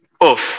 off